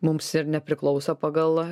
mums ir nepriklauso pagal